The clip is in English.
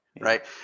right